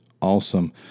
awesome